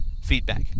feedback